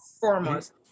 foremost